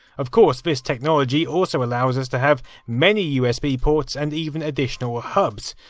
of course, this technology also allows us to have many usb ports and even additional ah hubs,